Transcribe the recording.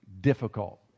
difficult